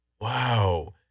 Wow